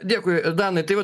dėkui danai tai vat